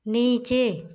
नीचे